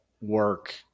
work